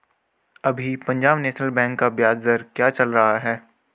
अभी Punjab national bank का ब्याज दर क्या चल रहा है?